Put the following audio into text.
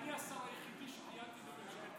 אני מבקש לחדש את הישיבה.